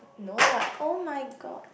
no lah oh-my-god